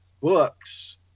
books